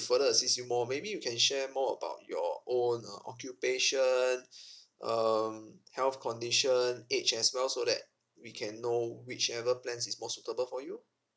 further assist you more maybe you can share more about your own uh occupation um health condition age as well so that we can know whichever plans is more suitable for you